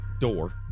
door